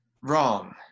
wrong